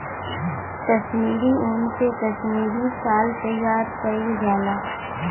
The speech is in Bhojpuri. कसमीरी उन से कसमीरी साल तइयार कइल जाला